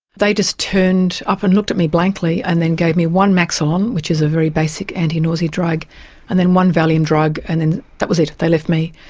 they just turned up and looked at me blankly and then gave me one maxolon, which is a very basic anti-nausea drug and then one valium drug and then that was it, they left me.